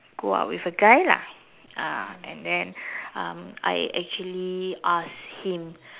go out with a guy lah ah and then um I actually asked him